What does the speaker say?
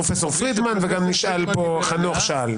דיבר עליה גם פרופ' פרידמן וגם חנוך שאל כאן.